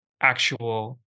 actual